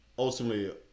Ultimately